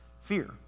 Fear